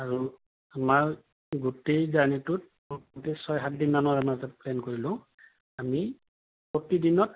আৰু আমাৰ গোটেই জাৰ্ণিটোত গোটেই ছয় সাতদিনমানৰ আমাৰ তাত প্লেন কৰি লওঁ আমি প্ৰতিদিনত